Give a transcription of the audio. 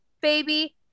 baby